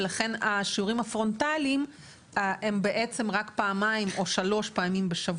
ולכן השיעורים הפרונטליים הם בעצם רק פעמיים או שלוש פעמים בשבוע.